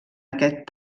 aquest